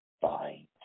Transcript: find